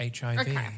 HIV